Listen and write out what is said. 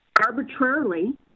arbitrarily